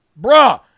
Bruh